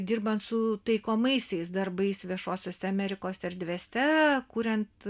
dirbant su taikomaisiais darbais viešosiose amerikos erdvėse kuriant